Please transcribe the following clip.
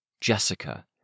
Jessica